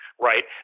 Right